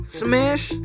smash